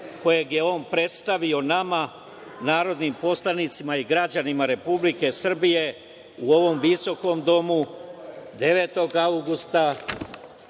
kojeg je on predstavio nama, narodnim poslanicima i građanima Republike Srbije u ovom visokom domu 9. avgusta